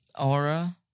aura